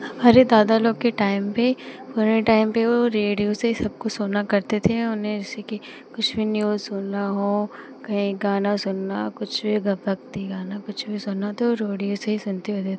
हमारे दादा लोग के टाइम पर पूरे टाइम पर वह रेडियो से ही सब कुछ सुना करते थे उन्हें जैसे कि कुछ भी न्यूज़ सुनना हो कहीं गाना सुनना हो कुछ भी भक्ति गाना कुछ भी सुनना हो तो वे रोडियो से ही सुनते होते थे